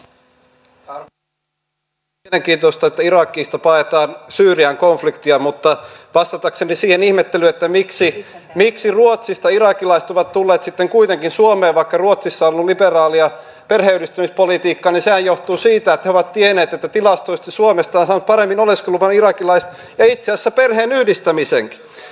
on tietysti mielenkiintoista että irakista paetaan syyrian konfliktia mutta vastatakseni siihen ihmettelyyn miksi ruotsista irakilaiset ovat tulleet sitten kuitenkin suomeen vaikka ruotsissa on ollut liberaalia perheenyhdistämispolitiikkaa sehän johtuu siitä että he ovat tienneet tilastoista että suomesta irakilaiset ovat saaneet paremmin oleskeluluvan ja itse asiassa perheenyhdistämisenkin